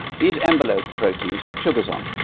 these envelope proteins have sugars on.